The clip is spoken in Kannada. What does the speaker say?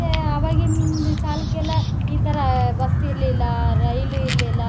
ಮತ್ತೆ ಆವಾಗಿನ ಕಾಲಕ್ಕೆಲ್ಲ ಈ ಥರ ಬಸ್ ಇರಲಿಲ್ಲ ರೈಲು ಇರಲಿಲ್ಲ